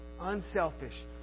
Unselfish